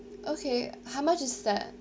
okay how much is that